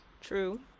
True